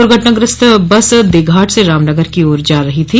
द्र्घटनाग्रस्त bus देघाट से रामनगर की ओर जा रही थी